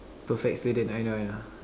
perfect student I know I know